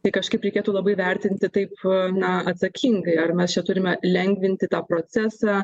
tai kažkaip reikėtų labai vertinti taip na atsakingai ar mes čia turime lengvinti tą procesą